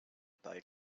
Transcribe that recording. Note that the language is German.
bald